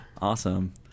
Awesome